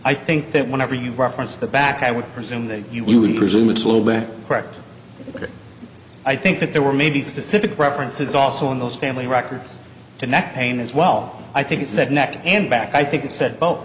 i think that whenever you reference the back i would presume that you would presume it's a little bit correct that i think that there were maybe specific references also in those family records to neck pain as well i think he said neck and back i think he said both